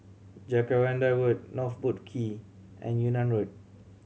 Jacaranda Road North Boat Quay and Yunnan Road